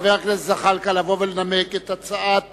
ג'מאל זחאלקה לבוא ולנמק את הצעת